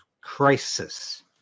crisis